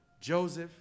Joseph